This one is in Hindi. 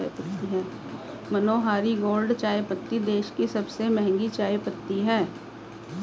मनोहारी गोल्ड चायपत्ती देश की सबसे महंगी चायपत्ती है